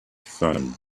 sun